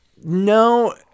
No